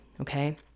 okay